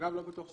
כל דוח כזה,